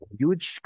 huge